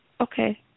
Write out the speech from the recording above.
Okay